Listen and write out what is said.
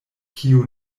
kiu